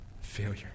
failure